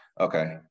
okay